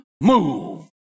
move